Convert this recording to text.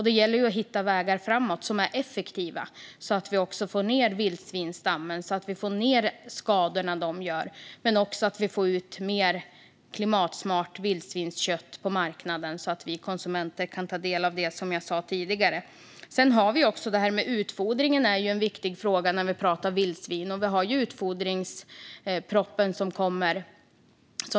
Det gäller att hitta vägar framåt som är effektiva så att vi minskar vildsvinsstammen och skadorna men också får ut mer klimatsmart vildsvinskött på marknaden så att konsumenterna kan ta del av det. Utfodringen av vildsvin är också en viktig fråga, och det kommer ju en utfodringsproposition.